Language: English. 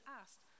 asked